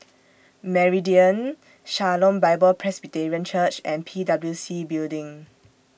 Meridian Shalom Bible Presbyterian Church and P W C Building